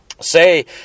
say